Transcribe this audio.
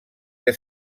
que